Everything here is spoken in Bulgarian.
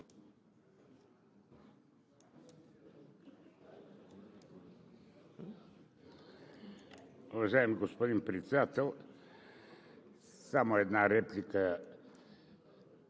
Уважаеми господин Председател! Само една реплика.